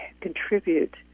contribute